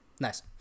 Nice